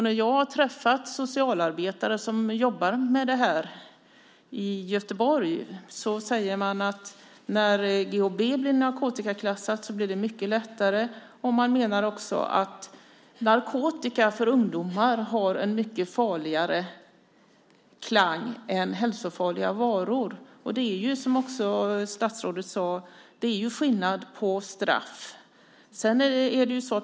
När jag har träffat socialarbetare som jobbar med detta i Göteborg säger de att när GHB blir narkotikaklassat blir det mycket lättare. Man menar också att för ungdomar har narkotika en mycket farligare klang än hälsofarliga varor. Och det är, som statsrådet också sade, skillnad på straffen.